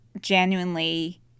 genuinely